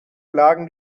lagen